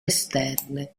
esterne